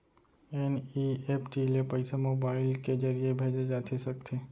NEFT ले पइसा mobile के ज़रिए भेजे जाथे सकथे?